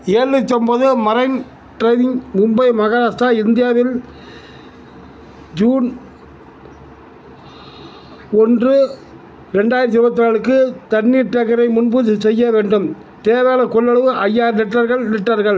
ஏழ்நூத்தி ஒம்போது marine driving Mumbai Maharashtra இந்தியாவில் June ஒன்று ரெண்டாயிரத்தி இருபத்து நாலுக்கு தண்ணீர் டேங்கரை முன்பதிவு செய்ய வேண்டும் தேவையான கொள்ளளவு ஐயாயிரம் லிட்டர்கள் லிட்டர்கள்